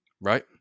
right